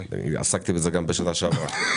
עסקתי בזה גם בשנה שעברה.